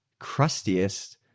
crustiest